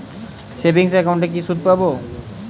Savings একাউন্টে কি সুদ পাব?